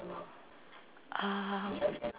um